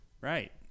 Right